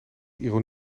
ironie